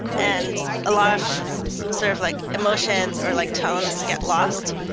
and a lot of sort of like emotions or like tones get lost.